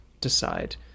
decide